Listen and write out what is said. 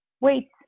wait